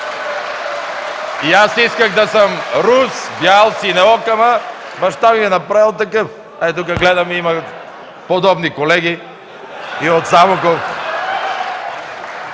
И аз исках да съм рус, бял, синеоок, но баща ми ме е направил такъв. Ето, гледам, има подобни колеги и от Самоков.